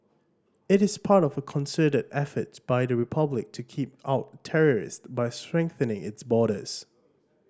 it is part of a concerted efforts by the Republic to keep out terrorist by strengthening its borders